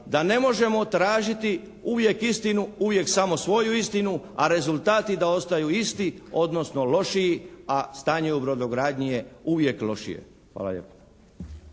da ne možemo tražiti uvijek istinu, uvijek samo svoju istinu a rezultati da ostaju isti odnosno lošiji a stanje u brodogradnji je uvijek lošije. Hvala lijepa.